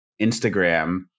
Instagram